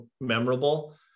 memorable